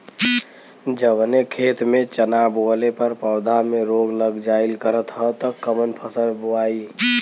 जवने खेत में चना बोअले पर पौधा में रोग लग जाईल करत ह त कवन फसल बोआई?